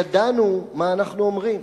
ידענו מה אנחנו אומרים.